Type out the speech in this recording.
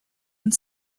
and